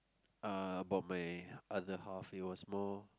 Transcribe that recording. uh about my other half it was more